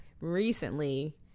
recently